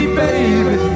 baby